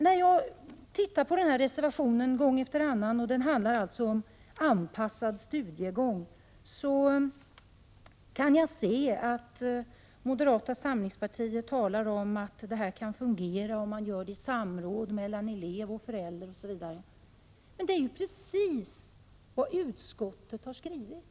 Jag har tittat på denna reservation gång efter annan. Den handlar om anpassad studiegång. Moderata samlingspartiet talar om att detta kan fungera om man gör det i samråd med elev och föräldrar osv. Det är emellertid precis vad utskottet har skrivit. Pås.